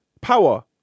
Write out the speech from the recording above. power